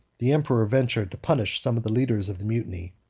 the emperor ventured to punish some of the leaders of the mutiny.